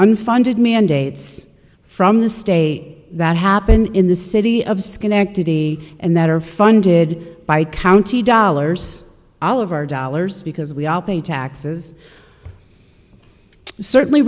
unfunded mandates from the state that happen in the city of schenectady and that are funded by county dollars all over dollars because we all pay taxes certainly